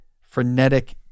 frenetic